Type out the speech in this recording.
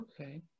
Okay